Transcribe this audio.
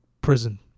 prison